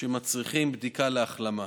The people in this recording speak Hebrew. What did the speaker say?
שמצריכים בדיקה, החלמה.